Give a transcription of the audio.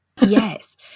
Yes